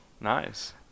Nice